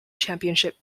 championship